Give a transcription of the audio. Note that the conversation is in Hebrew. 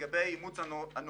לגבי אימוץ הנומרטור,